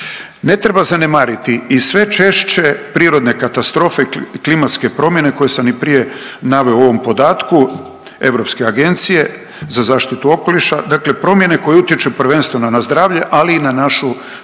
Ne treba zanemariti i sve češće prirodne katastrofe i klimatske promjene koje sam i prije naveo u ovom podatku Europske agencije za zaštitu okoliša, dakle promjene koje utječu prvenstveno na zdravlje, ali i na našu